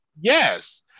yes